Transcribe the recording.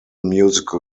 musical